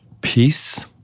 peace